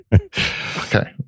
okay